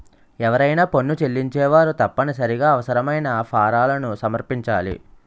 ఎవరైనా పన్ను చెల్లించేవారు తప్పనిసరిగా అవసరమైన ఫారాలను సమర్పించాలి